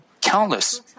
countless